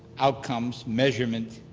outcomes, measurement,